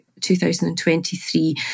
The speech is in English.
2023